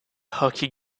hockey